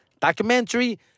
documentary